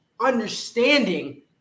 understanding